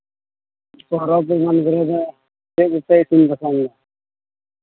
ᱥᱚᱦᱨᱟᱭ ᱠᱚ ᱡᱚᱢ ᱠᱟᱛᱮᱫ ᱫᱚ ᱟᱡ ᱜᱮᱛᱚᱭ ᱤᱥᱤᱱ ᱵᱟᱥᱟᱝᱮᱫᱟ